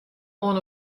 oan